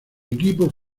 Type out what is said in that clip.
equipo